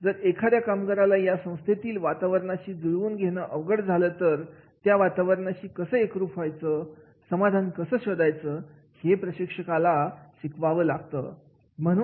जर एखाद्या कामगाराला या संस्थेतल्या वातावरणाशी जुळवून घेणं अवघड झालं तर त्या वातावरणाशी कसं एकरूप व्हायचं समाधान कसं शोधायचं हे प्रशिक्षकाला शिकवावं लागतं